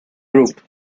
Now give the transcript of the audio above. group